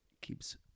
keeps